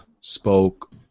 spoke